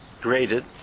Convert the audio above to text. graded